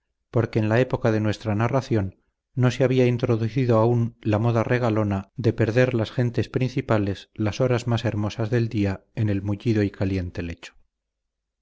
porque en la época de nuestra narración no se había introducido aún la moda regalona de perder las gentes principales las horas más hermosas del día en el mullido y caliente lecho